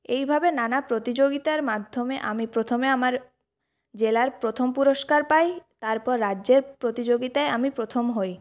এইভাবে নানা প্রতিযোগিতার মাধ্যমে আমি প্রথমে আমার জেলার প্রথম পুরস্কার পাই তারপর রাজ্যের প্রতিযোগিতায় আমি প্রথম হই